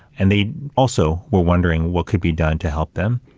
and they also were wondering what could be done to help them.